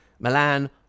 Milan